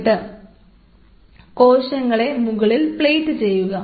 എന്നിട്ട് കോശങ്ങളെ മുകളിൽ പ്ലേറ്റ് ചെയ്യുക